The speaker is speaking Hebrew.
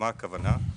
מה הכוונה?